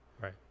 Right